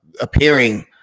appearing